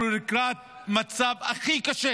אנחנו לקראת המצב הכי קשה